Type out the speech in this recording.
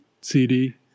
CD